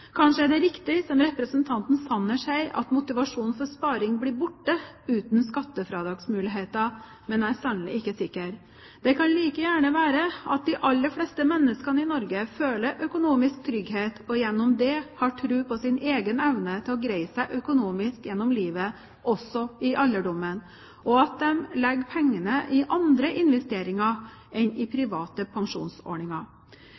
Kanskje er det riktig som representanten Sanner sier, at motivasjonen for sparing blir borte uten skattefradragsmuligheten, men jeg er sannelig ikke sikker. Det kan like gjerne være at de aller fleste menneskene i Norge føler økonomisk trygghet, og gjennom det har tro på sin egen evne til å greie seg økonomisk gjennom livet, også i alderdommen, og at de legger pengene i andre investeringer enn i